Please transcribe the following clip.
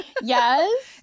Yes